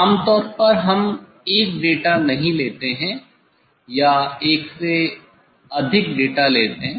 आमतौर पर हम एक डेटा नहीं लेते हैं या एक से अधिक डेटा लेते हैं